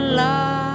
love